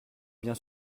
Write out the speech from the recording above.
bien